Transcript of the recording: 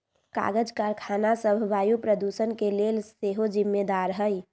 कागज करखना सभ वायु प्रदूषण के लेल सेहो जिम्मेदार हइ